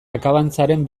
akabantzaren